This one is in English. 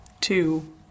two